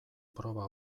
proba